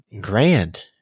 grand